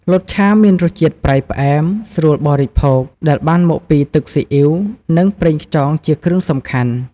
លតឆា មានរសជាតិប្រៃផ្អែម ស្រួលបរិភោគ ដែលបានមកពីទឹកស៊ីអ៊ីវ និងប្រេងខ្យងជាគ្រឿងសំខាន់។